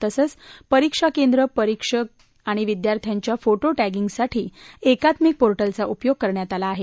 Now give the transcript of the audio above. तसंच परीक्षा केंद्र परीक्षक आणि विद्यार्थ्यांच्या फोटी श्रींगसाठी एकत्मिक पोरिजचा उपयोग करण्यात आला आहे